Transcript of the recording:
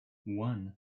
one